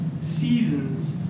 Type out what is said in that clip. seasons